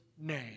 name